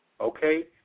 Okay